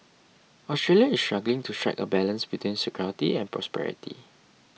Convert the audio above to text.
Australia is struggling to strike a balance between security and prosperity